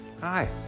Hi